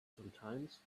sometimes